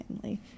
family